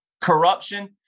corruption